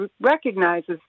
recognizes